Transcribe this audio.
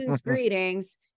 greetings